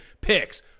Picks